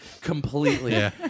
Completely